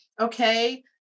okay